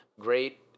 great